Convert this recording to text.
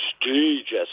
prestigious